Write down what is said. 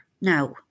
now